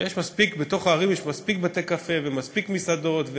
בתוך הערים יש מספיק בתי-קפה ומספיק מסעדות.